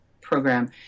program